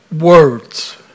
words